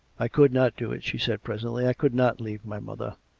i could not do it, she said presently. i could not leave my mother.